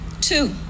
Two